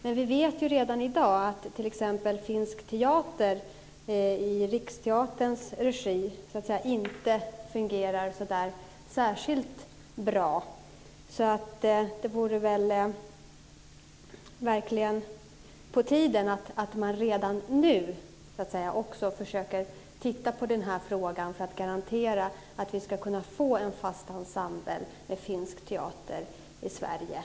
Men vi vet ju redan i dag att t.ex. finsk teater i Riksteaterns regi inte fungerar särskilt bra, så det är verkligen på tiden att man redan nu försöker titta på den här frågan för att garantera att vi ska kunna få en fast ensemble med finsk teater i Sverige.